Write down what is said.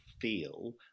feel